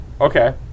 Okay